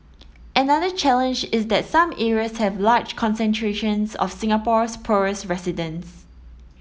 another challenge is that some areas have large concentrations of Singapore's poorest residents